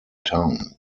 town